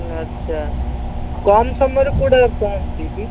ଆଛା କମ୍ ସମୟରେ କେଉଁଟା ପହଁଞ୍ଚି ଯିବି